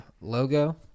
logo